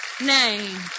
name